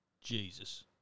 Jesus